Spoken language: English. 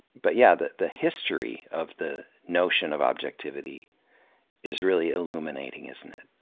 but yeah, the the history of the notion of objectivity is really illuminating, isn't it,